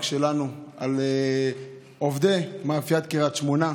שלנו על עובדי מאפיית קריית שמונה.